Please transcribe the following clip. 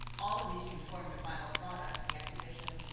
all of these inform the final product, the exhibition,